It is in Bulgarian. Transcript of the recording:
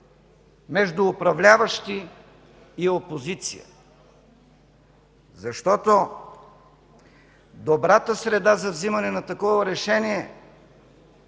между управляващи и опозиция. Добрата среда за взимане на такова решение е